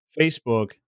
Facebook